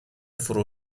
فرو